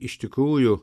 iš tikrųjų